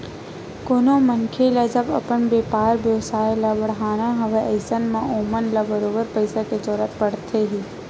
कोनो मनखे ल जब अपन बेपार बेवसाय ल बड़हाना हवय अइसन म ओमन ल बरोबर पइसा के जरुरत पड़थे ही